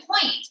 point